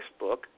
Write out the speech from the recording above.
Facebook